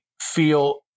feel